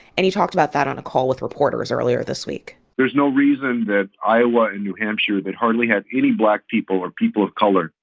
and he talked about that on a call with reporters earlier this week there's no reason that iowa and new hampshire, that hardly have any black people or people of color,